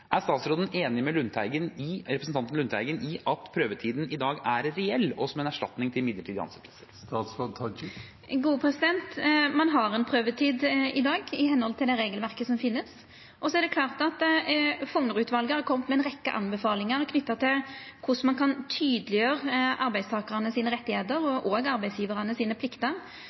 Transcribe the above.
Er statsråden enig med representanten Lundteigen i at prøvetiden i dag er reell og er en erstatning for midlertidige ansettelser? Ein har ei prøvetid i dag, etter det regelverket som finst. Fougner-utvalet har kome med ei rekkje anbefalingar knytte til korleis ein kan tydeleggjera arbeidstakarane sine rettar, og òg arbeidsgjevarane sine